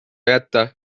jätta